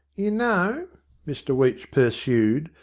you know mr weech pursued,